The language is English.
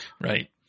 Right